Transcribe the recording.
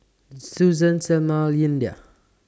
Suzan Selmer Lyndia